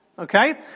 Okay